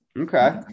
Okay